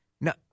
No